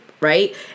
right